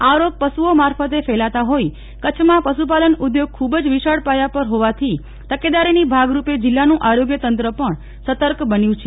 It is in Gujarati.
આ રોગ પશુઓ મારફતે ફેલાતો હોઈ કચ્છમાં પશુપાલક ઉદ્યોગ ખુબ જ વિશાળપાયા પર હોવાથી તકેદારીની ભાગરૂપે જિલ્લાનું આરોગ્ય તંત્ર પણ સતર્ક બન્યું છે